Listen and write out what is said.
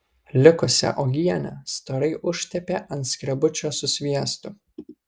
likusią uogienę storai užtepė ant skrebučio su sviestu